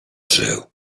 żył